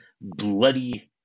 bloody